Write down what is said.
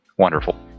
Wonderful